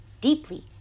deeply